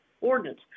ordinance